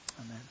Amen